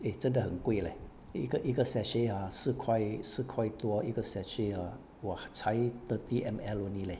eh 真的很贵 leh 一个一个 sachet ah 四块四块多一个 sachet ah !wah! 才 thirty M_L only leh